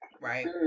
right